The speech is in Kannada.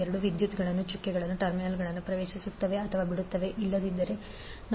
ಎರಡೂ ವಿದ್ಯುತ್ಗಳು ಚುಕ್ಕೆಗಳ ಟರ್ಮಿನಲ್ಗಳನ್ನು ಪ್ರವೇಶಿಸುತ್ತವೆ ಅಥವಾ ಬಿಡುತ್ತವೆ ಇಲ್ಲದಿದ್ದರೆ ನಾವು